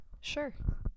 sure